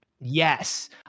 Yes